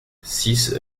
six